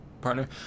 partner